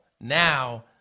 Now